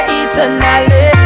eternally